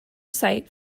site